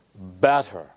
better